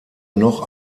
noch